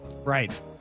Right